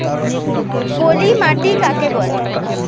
পলি মাটি কাকে বলে?